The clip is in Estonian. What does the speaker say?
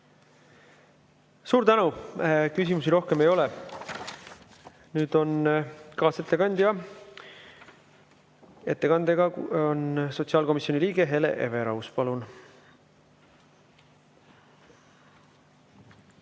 Suur tänu! Küsimusi rohkem ei ole. Nüüd on kaasettekandja kord, ettekandega on siin sotsiaalkomisjoni liige Hele Everaus. Palun!